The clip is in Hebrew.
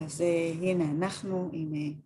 אז הנה, אנחנו עם...